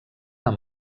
amb